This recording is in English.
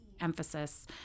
emphasis